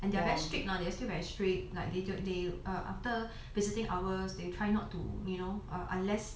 and they are very strict nowadays they are still very strict like they don't they err after visiting hours they try not to you know err unless